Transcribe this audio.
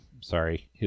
Sorry